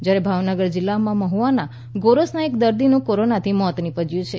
જયારે ભાવનગર જિલ્લાનાં મહુવાનાં ગોરસનાં એક દર્દીનું કોરોનાથી મોત નીપજ્યું છે